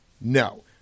No